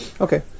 Okay